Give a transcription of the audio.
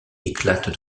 éclate